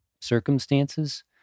circumstances